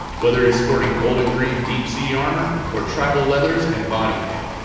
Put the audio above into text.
whether he's sporting gold and green deep sea armor or tribal leathers and body paint.